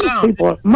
people